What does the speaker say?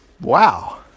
Wow